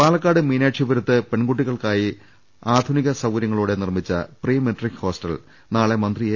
പാലക്കാട് മീനാക്ഷിപുരത്ത് പെൺകുട്ടികൾക്കായി അത്യാധുനിക സൌകരൃങ്ങളോടെ നിർമ്മിച്ച പ്രീ മെട്രിക് ഹോസ്റ്റൽ നാളെ മന്ത്രി എ